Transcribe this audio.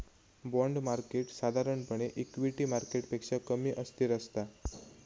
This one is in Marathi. बाँड मार्केट साधारणपणे इक्विटी मार्केटपेक्षा कमी अस्थिर असता